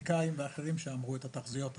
הפוליטיקאים ואחרים היו שאמרו את התחזיות האופטימיות.